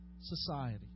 society